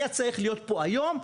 היה צריך להיות פה היום,